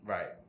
Right